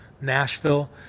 nashville